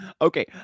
Okay